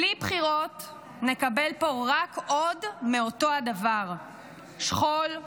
בלי בחירות נקבל פה רק עוד מאותו הדבר: שכול,